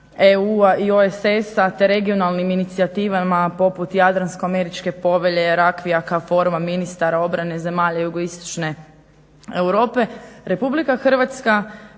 EU i OSS-a te regionalnim inicijativama poput Jadranko- američke povelje, meraklija, ka forma ministara obrane zemalja jugoistočne Europe. Republika Hrvatska